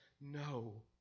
no